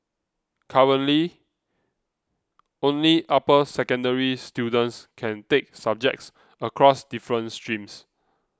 currently only upper secondary students can take subjects across different streams